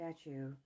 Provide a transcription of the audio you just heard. statue